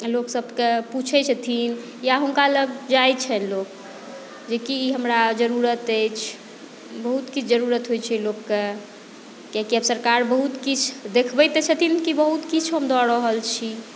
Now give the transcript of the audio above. लोकसभकेँ पुछैत छथिन या हुनका लग जाइत छनि लोक जेकि हमरा जरूरत अछि बहुत किछु जरूरत होइत छै लोककेँ कियाकि आब सरकार बहुत किछु देखबैत तऽ छथिन कि बहुत किछु हम दऽ रहल छी